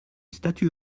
statue